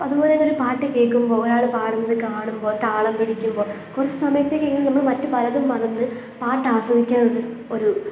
അപ്പം അതുപോലെതന്നെയൊരു പാട്ട് കേൾക്കുമ്പോൾ ഒരാൾ പാടുന്നത് കാണുമ്പോൾ താളം പിടിക്കുമ്പോൾ കുറച്ച് സമയത്തേക്കെങ്കിലും നമ്മൾ മറ്റ് പലതും മറന്ന് പാട്ടാസ്വദിക്കാനുള്ള ഒരു